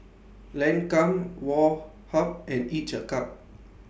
Lancome Woh Hup and Each A Cup